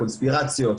קונספירציות,